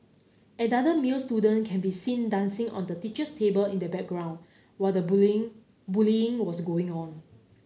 another male student can be seen dancing on the teacher's table in the background while the bullying bullying was going on